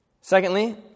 Secondly